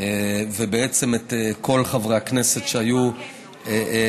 ובעצם את כל חברי הכנסת שהיו מעורבים,